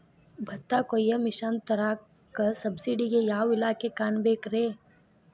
ಭತ್ತ ಕೊಯ್ಯ ಮಿಷನ್ ತರಾಕ ಸಬ್ಸಿಡಿಗೆ ಯಾವ ಇಲಾಖೆ ಕಾಣಬೇಕ್ರೇ?